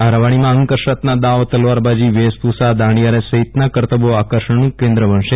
આ રવાડીમાં અંગ કસરતના દાવ તલવારબાજી વેશભૂષા દાંડીયારાસ સહિતના કરતબો આકર્ષણનું કેન્દ્ર બનશે